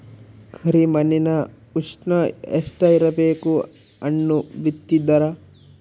ಕರಿ ಮಣ್ಣಿನ ಉಷ್ಣ ಎಷ್ಟ ಇರಬೇಕು ಹಣ್ಣು ಬಿತ್ತಿದರ?